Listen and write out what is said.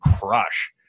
crush